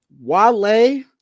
Wale